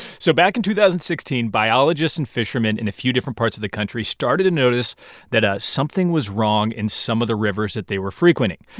so back in two thousand and sixteen, biologists and fishermen in a few different parts of the country started to notice that ah something was wrong in some of the rivers that they were frequenting.